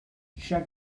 check